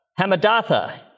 Hamadatha